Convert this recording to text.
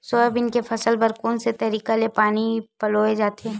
Soybean के फसल बर कोन से तरीका ले पानी पलोय जाथे?